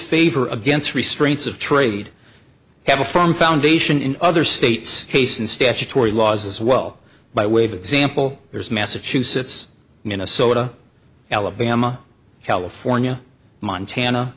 favor against restraints of trade have a firm foundation in other states case and statutory laws as well by way of example there's massachusetts in a soda alabama california montana